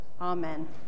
Amen